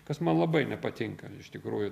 kas man labai nepatinka iš tikrųjų